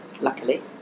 luckily